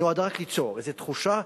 היא נועדה רק ליצור איזו תחושה,